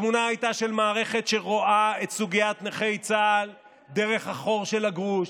התמונה הייתה של מערכת שרואה את סוגיית נכי צה"ל דרך החור של הגרוש,